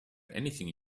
anything